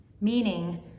meaning